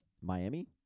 Miami